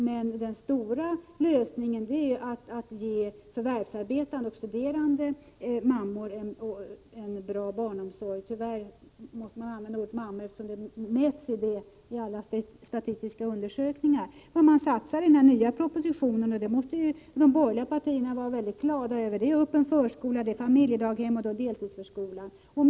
Men vad som i grunden krävs är att förvärvsarbetande och studerande mammor får en bra barnomsorg. - Tyvärr måste man använda ordet ”mammor”, eftersom mätningarna i alla statistiska undersökningar bygger på dessa. Vad man satsar på i den nya propositionen - och det måste väl de borgerliga partierna vara mycket glada över - är öppen förskola, familjedaghem och deltidsförskolan.